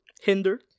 hinder